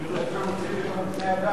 אולי אפשר להוציא את זה גם על בני-אדם.